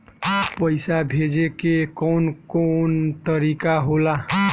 पइसा भेजे के कौन कोन तरीका होला?